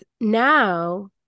now